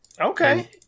okay